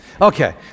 Okay